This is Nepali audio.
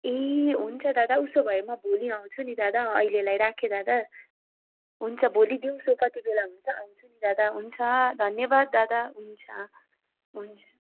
ए हुन्छ दादा उसो भए म भोलि आउँछु नि त दादा अहिलेलाई राखेँ दादा हुन्छ भोलि दिउँसो कति बेला हुन्छ आउँछु नि दादा हुन्छ धन्यवाद दादा हुन्छ हुन्छ